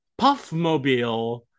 Puffmobile